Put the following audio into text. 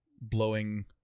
blowing